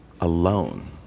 alone